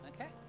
Okay